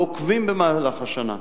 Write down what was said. ועוקבים במהלך השנה.